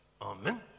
amen